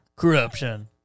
Corruption